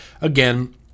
Again